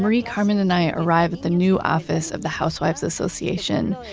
marie-carmen and i arrive at the new office of the housewives association,